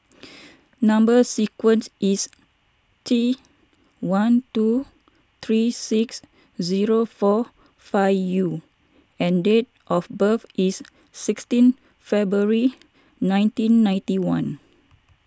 Number Sequence is T one two three six zero four five U and date of birth is sixteen February nineteen ninety one